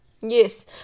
Yes